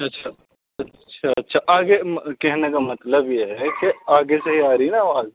اچھا اچھا اچھا اچھا آگے کہنے کا مطلب یہ ہے کہ آگے سے ہی آ رہی نا آواز